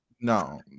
no